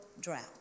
drought